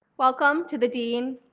welcome to the dean,